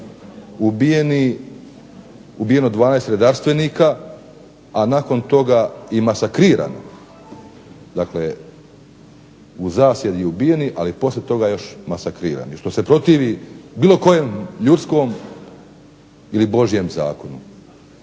ubijeno 12 redarstvenika, a nakon toga i masakrirano, dakle u zasjedi ubijeni, ali poslije toga još masakrirani. Što se protivi bilo kojem ljudskom ili Božjem zakonu.